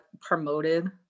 promoted